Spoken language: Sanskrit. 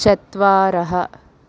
चत्वारः